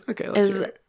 Okay